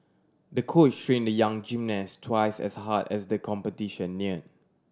the coach train the young gymnast twice as hard as the competition near